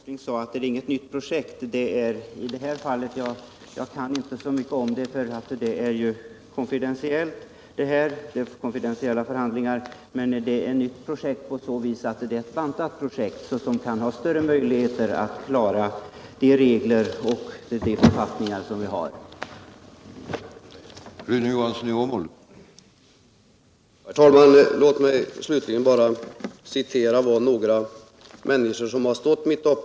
Herr talman! Industriminister Åsling sade att det inte är något nytt projekt. Jag kan inte så mycket om det, eftersom det är fråga om konfidentiella förhandlingar. Men det är ett nytt förslag från Åmåls kommun, ett nytt projekt på så vis att det är ett bantat projekt, som kan ha större möjligheter att uppfylla kraven i gällande författningar och stå i överensstämmelse med reglerna för regionalpolitiskt stöd.